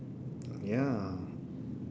ya